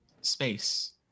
space